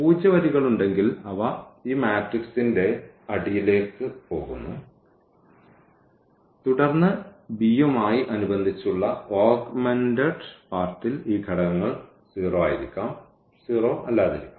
പൂജ്യ വരികളുണ്ടെങ്കിൽ അവ ഈ മാട്രിക്സിന്റെ ഈ അടിയിലേക്ക് കൊണ്ടുപോകുന്നു തുടർന്ന് ഈ b യുമായി അനുബന്ധിച്ചുള്ള ഈ ഓഗ്മെന്റഡ് പാർട്ടിൽ ഈ ഘടകങ്ങൾ 0 ആയിരിക്കാം 0 അല്ലാതിരിക്കാം